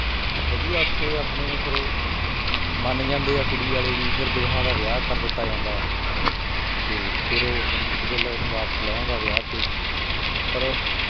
ਵਧੀਆ ਉੱਥੇ ਆਪਣੇ ਫਿਰ ਉਹ ਮੰਨ ਜਾਂਦੇ ਆ ਕੁੜੀ ਵਾਲੇ ਵੀ ਫਿਰ ਦੋਹਾਂ ਦਾ ਵਿਆਹ ਕਰ ਦਿੱਤਾ ਜਾਂਦਾ ਅਤੇ ਫਿਰ ਉਹ ਅਮਰਿੰਦਰ ਗਿੱਲ ਉਹਨੂੰ ਵਾਪਸ ਲੈ ਆਉਂਦਾ ਵਿਆਹ ਕੇ ਪਰ